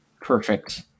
perfect